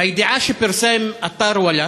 בידיעה שפרסם אתר "וואלה"